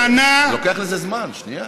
לוקח לזה זמן, שנייה.